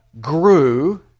grew